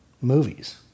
movies